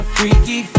Freaky